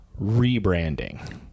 rebranding